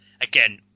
again